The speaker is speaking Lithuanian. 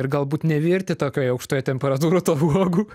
ir galbūt nevirti tokioje aukštoje temperatūro tų uogų